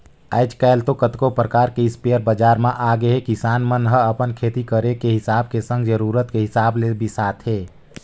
आजकल तो कतको परकार के इस्पेयर बजार म आगेहे किसान मन ह अपन खेती करे के हिसाब के संग जरुरत के हिसाब ले बिसाथे